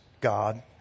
God